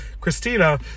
Christina